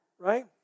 Right